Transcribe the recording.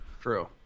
True